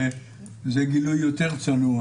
זה גילוי יותר צנוע.